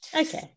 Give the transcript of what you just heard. Okay